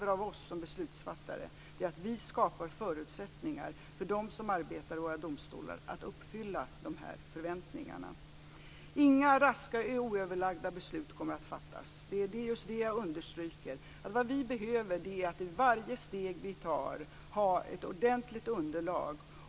Av oss som beslutsfattare kräver de att vi skapar förutsättningar för dem som arbetar i våra domstolar att uppfylla de här förväntningarna. Inga raska oöverlagda beslut kommer att fattas. Det är just det jag understryker. Vid varje steg vi tar behöver vi ha ett ordentligt underlag.